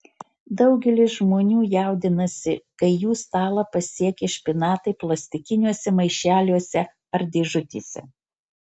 daugelis žmonių jaudinasi kai jų stalą pasiekia špinatai plastikiniuose maišeliuose ar dėžutėse